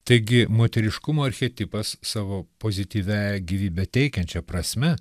taigi moteriškumo archetipas savo pozityviąja gyvybę teikiančia prasme